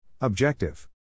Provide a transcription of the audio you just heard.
Objective